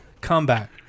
comeback